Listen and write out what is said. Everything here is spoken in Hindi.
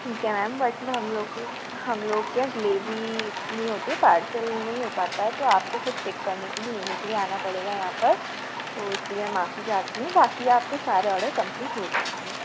ठीक है मैम बट में हम लोग के हमलोग के यहाँ डिलेवरी नहीं होती है पार्सल नहीं हो पाता है तो आपको ख़ुद पिक करने के लिए लेने के लिए आना पड़ेगा यहाँ पर तो इसके लिए माफ़ी चाहती हूँ बाक़ी आपके सारे औडर कमप्लीट हो जाएंगे